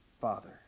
father